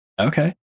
Okay